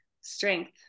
strength